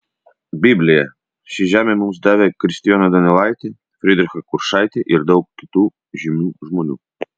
biblija ši žemė mums davė kristijoną donelaitį frydrichą kuršaitį ir daug kitų žymių žmonių